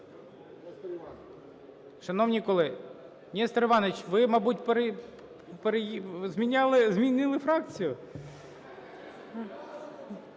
Шановні колеги… Нестор Іванович, ви, мабуть, змінили фракцію?